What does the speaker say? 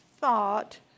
thought